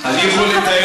כמו שאמרה חברתי,